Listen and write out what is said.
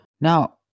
now